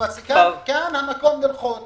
כאן המקום ללחוץ